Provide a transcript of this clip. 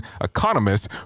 economists